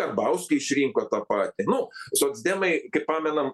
karbauskį išrinko tą patį nu socdemai kaip pamenam